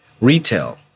Retail